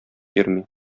йөрми